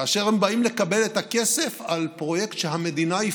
כשמאות אלפי אזרחים מובטלים,